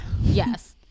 Yes